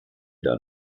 der